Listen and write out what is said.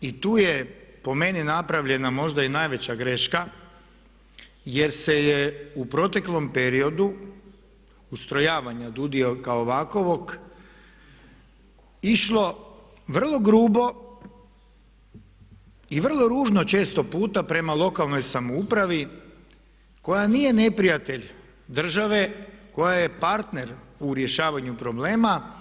I tu je po meni napravljena možda i najveća greška jer se je u proteklom periodu ustrojavanja DUUDI-ja kao ovakvog išlo vrlo grubo i vrlo ružno često puta prema lokalnoj samoupravi koja nije neprijatelj države, koja je partner u rješavanju problema.